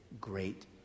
great